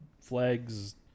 Flag's